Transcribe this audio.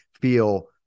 feel